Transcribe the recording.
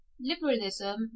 Liberalism